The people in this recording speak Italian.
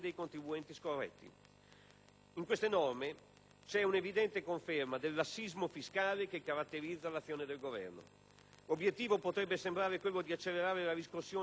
queste norme sono un'evidente conferma del lassismo fiscale che caratterizza l'azione del Governo. L'obiettivo potrebbe sembrare quello di accelerare la riscossione delle imposte accertate.